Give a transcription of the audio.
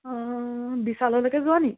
অঁ বিশাললৈকে যোৱা নি